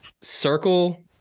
circle